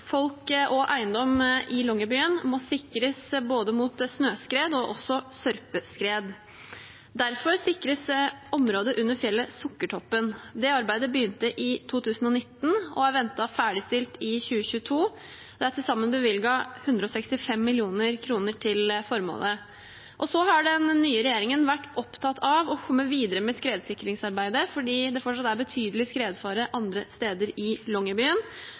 Folk og eiendom i Longyearbyen må sikres mot både snøskred og sørpeskred. Derfor sikres området under fjellet Sukkertoppen. Det arbeidet begynte i 2019 og er ventet ferdigstilt i 2022. Det er til sammen bevilget 165 mill. kr til formålet. Den nye regjeringen har vært opptatt av å komme videre med skredsikringsarbeidet fordi det fortsatt er betydelig skredfare andre steder i